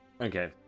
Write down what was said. okay